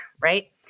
right